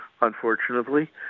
unfortunately